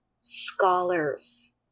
scholars